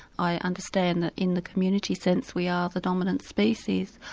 i understand that in the community sense we are the dominant species.